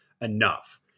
enough